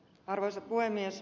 arvoisa puhemies